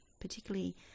particularly